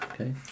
Okay